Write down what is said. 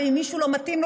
ואם מישהו לא מתאים לו,